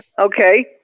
okay